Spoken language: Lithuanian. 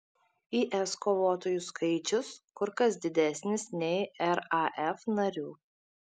is kovotojų skaičius kur kas didesnis nei raf narių